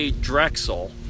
Drexel